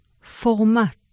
Format